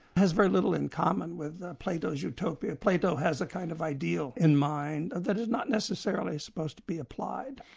has very little in common with plato's utopia. plato has a kind of ideal in mind that is not necessarily supposed to be applied.